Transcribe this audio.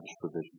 provision